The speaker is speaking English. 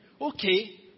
Okay